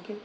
okay